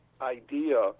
idea